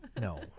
no